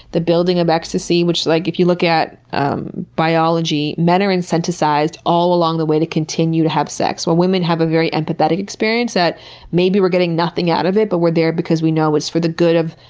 the building of ecstasy, which, like if you look at biology, men are incentivized all along the way to continue to have sex, while women have a very empathetic experience that maybe we're getting nothing out of it, but we're there because we know it's for the good of,